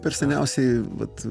per seniausiai vat